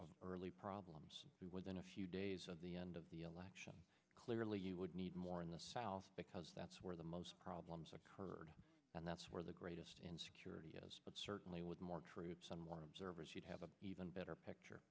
of early problems within a few days of the end of the election clearly you would need more in the south because that's where the most problems occurred and that's where the greatest insecurity but certainly with more troops on one observer's you have an even better picture